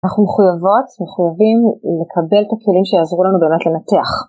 אנחנו מחויבות, מחויבים לקבל את הכלים שיעזרו לנו באמת לנתח.